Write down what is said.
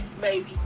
baby